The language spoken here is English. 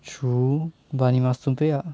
true but 你 must 准备 ah